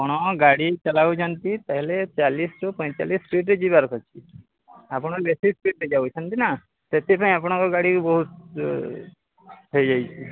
ଆପଣ ଗାଡ଼ି ଚଲାଉଛନ୍ତି ପେହେଲେ ଚାଳିଶରୁ ପଇଁଚାଳିଶ ସ୍ପିଡରେ ଯିବାର ଅଛି ଆପଣ ବେଶୀ ସ୍ପିଡରେ ଯାଉଛନ୍ତି ନା ସେଥିପାଇଁ ଆପଣଙ୍କ ଗାଡ଼ି ବି ବହୁତ ହୋଇଯାଇଛି